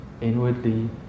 inwardly